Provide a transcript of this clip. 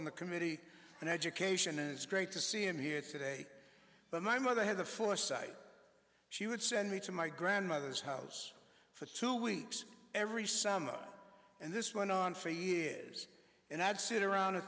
on the committee and education is great to see and hear today but my mother had the foresight she would send me to my grandmother's house for two weeks every summer and this went on for years and i'd sit around a